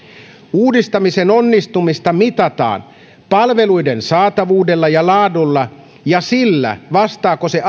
uudistamisen onnistumista mitataan palveluiden saatavuudella ja laadulla ja sillä vastaako se